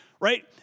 right